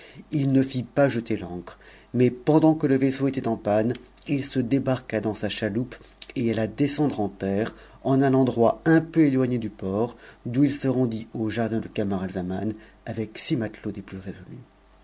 il ne fit pas jeter t ancre mais pendant que le vaisseau était en panne il se débarqua ttans sa chaloupe et alla descendre en terre en un endroit un peu éloi tc du port d'où il se rendit au jardin de camaralzaman avec six mte otsdes plus résolus